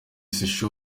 ryitwa